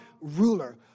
ruler